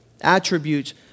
attributes